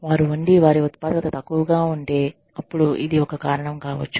వారు ఉండి వారి ఉత్పాదకత తక్కువగా ఉంటే అప్పుడు ఇది ఒక కారణం కావచ్చు